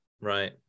right